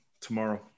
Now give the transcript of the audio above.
tomorrow